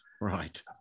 Right